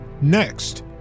next